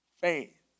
faith